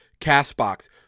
CastBox